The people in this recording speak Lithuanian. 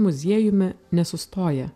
muziejumi nesustoja